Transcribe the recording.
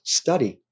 study